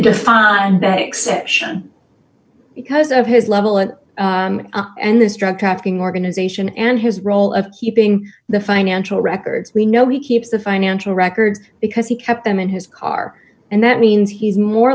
defined the exception because of his level and and this drug trafficking organization and his role of keeping the financial records we know he keeps the financial records because he kept them in his car and that means he's more